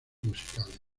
musicales